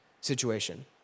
situation